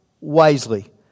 wisely